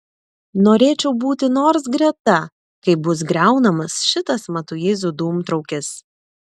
norėčiau būti nors greta kai bus griaunamas šitas matuizų dūmtraukis